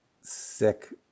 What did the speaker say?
sick